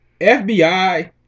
FBI